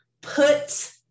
Put